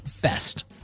best